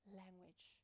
language